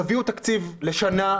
תביאו תקציב לשנה,